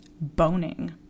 Boning